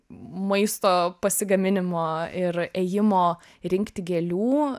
maisto pasigaminimo ir ėjimo rinkti gėlių